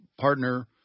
partner